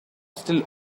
still